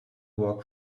work